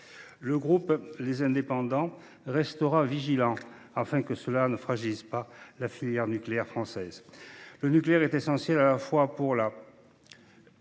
Le groupe Les Indépendants restera vigilant, afin que cela ne fragilise pas la filière nucléaire française. Le nucléaire est nécessaire à la fois pour la